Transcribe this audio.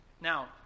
Now